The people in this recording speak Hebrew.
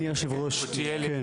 אני רוצה שאלה קטנה,